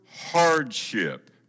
hardship